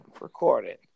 recorded